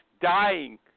dying